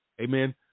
Amen